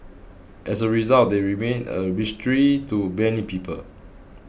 as a result they remain a mystery to many people